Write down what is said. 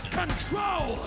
control